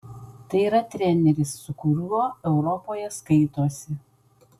tai yra treneris su kuriuo europoje skaitosi